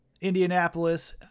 Indianapolis